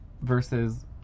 versus